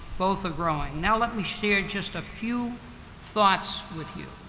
both are growing. now let me share just a few thoughts with you.